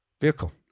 vehicle